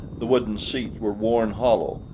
the wooden seats were worn hollow,